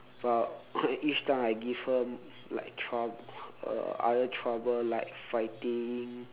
but each time I give her like trou~ uh other trouble like fighting